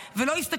שלך.